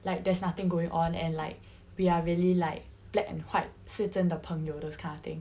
like there's nothing going on and like we are really like black and white 是真的朋友 those kind of thing